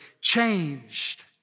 changed